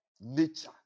nature